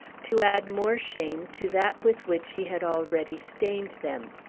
to add more shame to that with which he had already stained them.